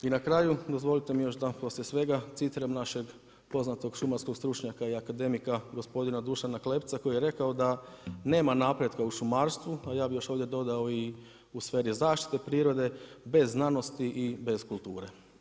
I na kraju dozvolite mi da poslije svega citiram našeg poznatog šumarskog stručnjaka i akademika gospodina Dušana Klepca koji je rekao da nema napretka u šumarstvu, a ja bih još ovdje dodao i u sferi zaštite prirode bez znanosti i bez kulture.